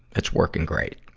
it's working great.